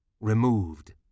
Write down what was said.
removed